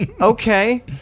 Okay